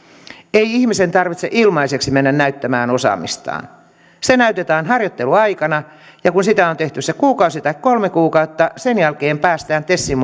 ei ihmisen tarvitse ilmaiseksi mennä näyttämään osaamistaan se näytetään harjoitteluaikana ja kun sitä on tehty se kuukausi tai kolme kuukautta sen jälkeen päästään tesin